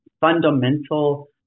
fundamental